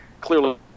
clearly